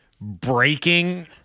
breaking